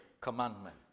commandment